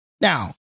Now